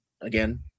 again